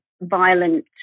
violent